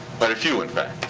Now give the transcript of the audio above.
but a few, in fact.